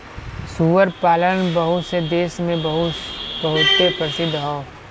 सूअर पालन बहुत से देस मे बहुते प्रसिद्ध हौ